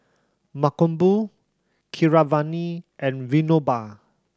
Mankombu Keeravani and Vinoba